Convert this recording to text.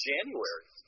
January